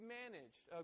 managed